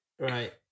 Right